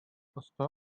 оста